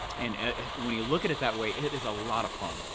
and when you look at it that way, it is a lot of fun.